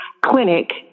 clinic